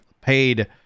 paid